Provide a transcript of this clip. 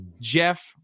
Jeff